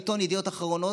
בעיתון ידיעות אחרונות,